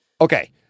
Okay